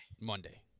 Monday